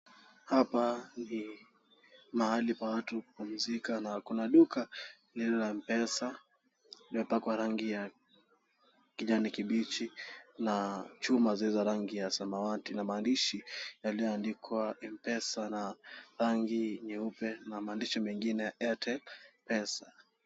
Hapa ni mahali pa watu kupumzika na kuna duka lililo la Mpesa limepakwa rangi ya kijani kibichi na chuma zilizo rangi ya samawati na maandishi yaliyoandikwa Mpesa na rangi nyeupe na maandishi mengine Airtel pesa.